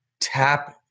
Tap